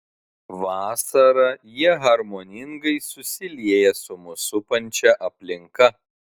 vasarą jie harmoningai susilieja su mus supančia aplinka